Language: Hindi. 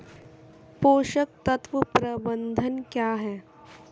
पोषक तत्व प्रबंधन क्या है?